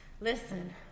Listen